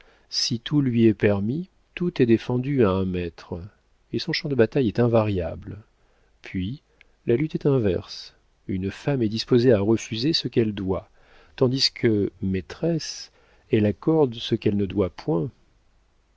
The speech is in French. si tout lui est permis tout est défendu à un maître et son champ de bataille est invariable puis la lutte est inverse une femme est disposée à refuser ce qu'elle doit tandis que maîtresse elle accorde ce qu'elle ne doit point